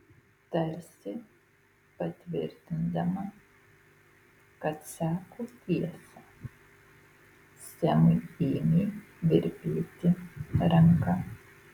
tarsi patvirtindama kad sako tiesą semui ėmė virpėti ranka